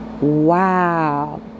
Wow